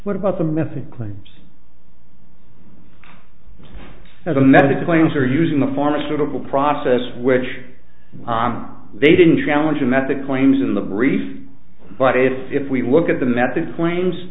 what about the method claims as a method claims are using the pharmaceutical process which on they didn't challenge him at the claims in the brief but if if we look at the method claims